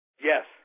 Yes